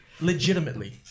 legitimately